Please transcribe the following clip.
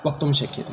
वक्तुं शक्यते